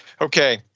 Okay